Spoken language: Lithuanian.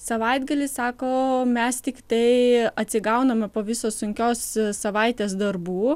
savaitgalį sako mes tiktai atsigauname po visos sunkios savaitės darbų